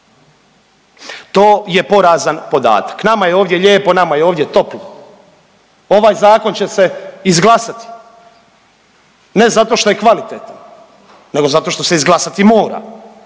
To je porazan podatak. Nama je ovdje lijepo, nama je ovdje toplo. Ovaj zakon će se izglasati ne zato šta je kvalitetan, nego zato što se izglasati mora,